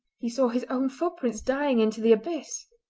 he saw his own footprints dying into the abyss!